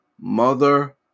Mother